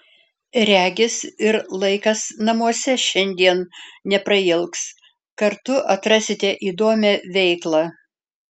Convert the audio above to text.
regis ir laikas namuose šiandien neprailgs kartu atrasite įdomią veiklą